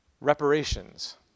reparations